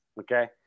Okay